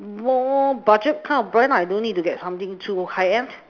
more budget kind of brand I don't need to get something too high end